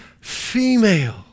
female